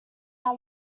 our